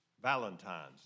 Valentine's